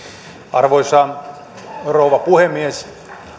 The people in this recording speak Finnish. arvoisa rouva puhemies